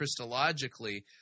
christologically